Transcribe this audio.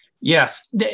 Yes